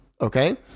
okay